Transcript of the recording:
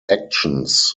actions